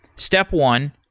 step one,